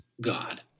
God